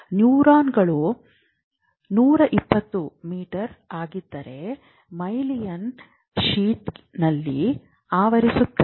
ನ್ಯೂರಾನ್ಗಳು 120 metre ಆಗಿದ್ದರೆ myelin ಶೀಟ್ನಲ್ಲಿ ಆವರಿಸಲಾಗುತ್ತದೆ